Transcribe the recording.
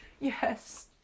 Yes